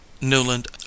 Newland